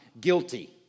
guilty